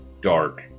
dark